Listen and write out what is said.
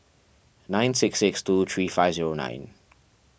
nine six six two three five zero nine